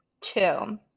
two